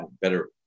better